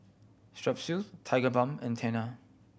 Strepsils Tigerbalm and Tena